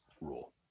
rule